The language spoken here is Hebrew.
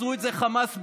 עשו את זה חמאס בעזה,